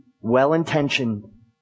well-intentioned